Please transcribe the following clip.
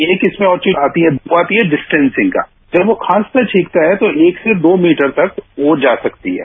एक इसमें और चीज आती है वो आती है किस्टेसिंगका जब वो खांसता छींकता है तो एक से दोमीटर तक वो जा सकती है